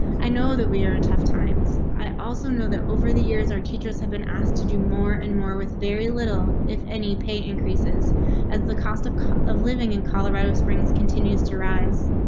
i know that we aren't half times. i also know that over the years our teachers have been asked to do more and more with very little if any paint increases as the cost of of living in colorado springs continues to rise.